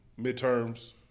Midterms